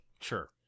Sure